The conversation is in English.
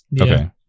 okay